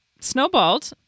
snowballed